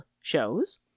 shows